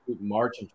March